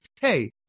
hey